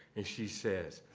and she says,